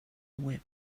whip